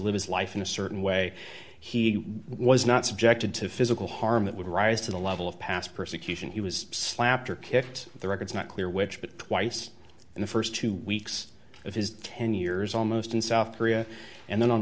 his life in a certain way he was not subjected to physical harm that would rise to the level of past persecution he was slapped or kicked the records not clear which but twice in the st two weeks of his ten years almost in south korea and then on